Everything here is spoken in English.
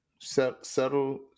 settle